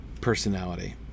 personality